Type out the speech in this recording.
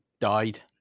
died